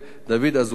דוד אזולאי,